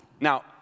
Now